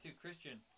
Christian